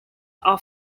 are